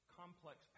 complex